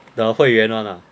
the 会员 one lah